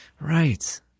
right